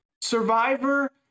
Survivor